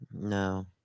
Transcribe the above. No